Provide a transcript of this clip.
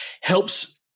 helps